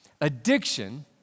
Addiction